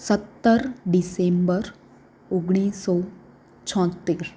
સત્તર ડિસેમ્બર ઓગણીસો છોંતેર